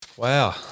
Wow